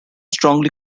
strongly